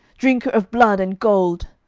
drinker of blood and gold!